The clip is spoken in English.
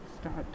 start